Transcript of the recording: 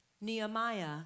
Nehemiah